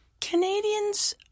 Canadians